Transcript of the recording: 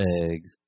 eggs